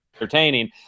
Entertaining